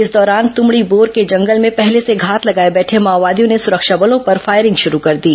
इस दौरान तुमड़ीबोर के जंगल में पहले से घात लगाए बैठे माओवादियों ने सुरक्षा बलों पर फायरिंग शुरू कर दी